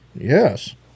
Yes